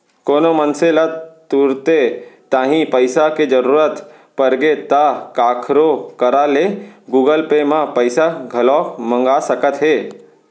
कोनो मनसे ल तुरते तांही पइसा के जरूरत परगे ता काखरो करा ले गुगल पे म पइसा घलौक मंगा सकत हे